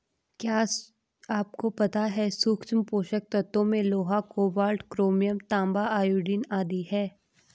क्या आपको पता है सूक्ष्म पोषक तत्वों में लोहा, कोबाल्ट, क्रोमियम, तांबा, आयोडीन आदि है?